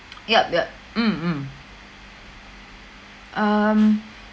yep yep mm mm um